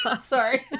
Sorry